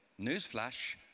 Newsflash